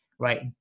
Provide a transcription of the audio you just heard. Right